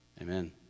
Amen